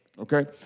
Okay